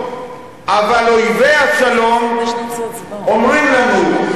אבל אויבי השלום אומרים לנו,